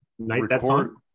Record